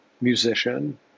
musician